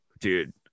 Dude